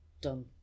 done